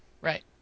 Right